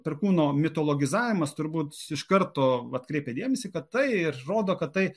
perkūno mitologizavimas turbūt iš karto atkreipia dėmesį kad tai rodo kad tai